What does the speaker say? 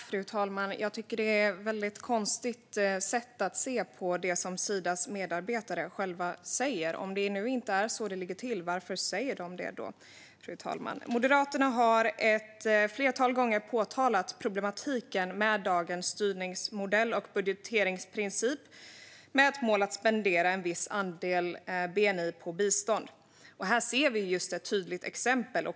Fru talman! Det är ett väldigt konstigt sätt att se på det som Sidas medarbetare själva säger. Om det nu inte är så det ligger till, varför säger de då det? Moderaterna har ett flertal gånger påtalat problematiken med dagens styrningsmodell och budgeteringsprincip med ett mål att spendera en viss andel av bni på bistånd. Här ser vi ett tydligt exempel.